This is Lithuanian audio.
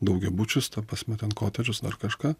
daugiabučius ta prasme ten kotedžus ar kažką